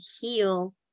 heal